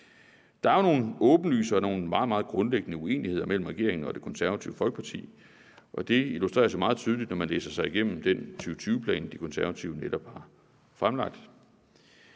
Der er jo nogle åbenlyse og meget, meget grundlæggende uenigheder mellem regeringen og Det Konservative Folkeparti, og det illustreres jo meget tydeligt, når man læser sig igennem den 2020-plan, De Konservative netop har fremlagt.